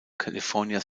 california